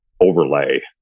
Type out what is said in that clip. overlay